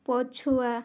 ପଛୁଆ